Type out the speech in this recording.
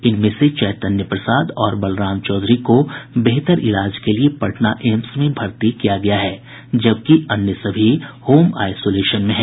इनमें से चैतन्य प्रसाद और बलराम चौधरी को बेहतर इलाज के लिए पटना एम्स में भर्ती किया गया है जबकि अन्य सभी होम आईसोलेशन में हैं